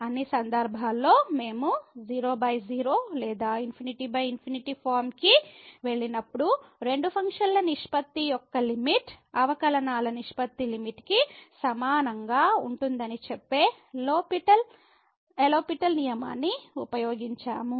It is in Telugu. అన్ని సందర్భాల్లో మేము00 లేదా ∞∞ ఫార్మ్ కి వెళ్ళినప్పుడు రెండు ఫంక్షన్ల నిష్పత్తి యొక్క లిమిట్ అవకల నాల నిష్పత్తి లిమిట్ కి సమానంగా ఉంటుందని చెప్పే లోపిటెల్ L'Hospital నియమాన్ని ఉపయోగించాము